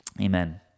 Amen